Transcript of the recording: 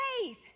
faith